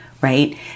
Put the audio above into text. right